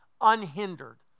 unhindered